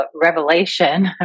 revelation